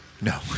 No